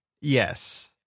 Yes